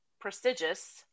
prestigious